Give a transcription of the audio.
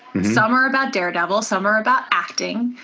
some are about daredevil. some are about acting.